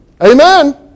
Amen